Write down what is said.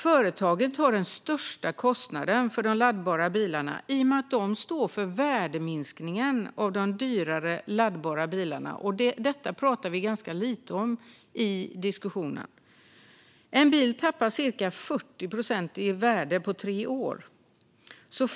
Företagen tar den största kostnaden för de laddbara bilarna i och med att de står för värdeminskningen av de dyrare laddbara bilarna. Detta pratar vi ganska lite om i diskussionen. En bil tappar cirka 40 procent i värde på tre år.